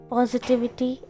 positivity